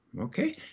okay